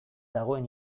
dagoen